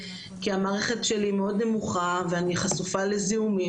כי המערכת שלי מאוד נמוכה ואני חשופה לזיהומים